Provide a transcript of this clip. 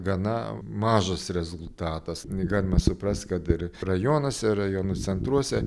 gana mažas rezultatas galima suprast kad ir rajonuose rajonų centruose